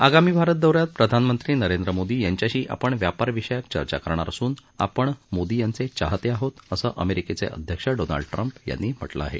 आगामी भारत दौऱ्यात प्रधानमंत्री नरेंद्र मोदी यांच्याशी आपण व्यापारविषयक चर्चा करणार असून आपण मोदी यांचे चाहते आहोत असं अमेरिकेचे राष्ट्राध्यक्ष डोनाल्ड ट्रम्प यांनी म्हटलं आहे